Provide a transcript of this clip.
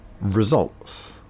results